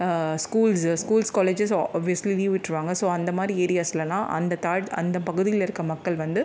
schools schools colleges obviously leave விட்டுருவாங்க so அந்த மாதிரி ஏரியாஸ்லெல்லாம் அந்த அந்த பகுதியில் இருக்கற மக்கள் வந்து